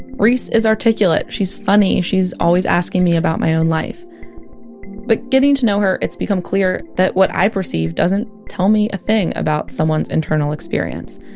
reese is articulate, she's funny, she's always asking me about my own life but getting to know her, it's become clear that what i perceive doesn't tell me a thing about someone's internal experience.